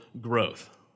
growth